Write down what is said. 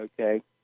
okay